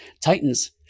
Titans